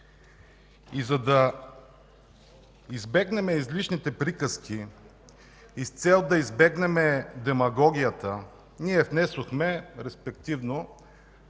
За да избегнем излишните приказки и с цел да избегнем демагогията, ние внесохме наши